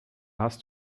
hast